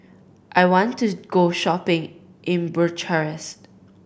I want to go shopping in Bucharest